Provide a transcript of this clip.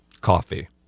Coffee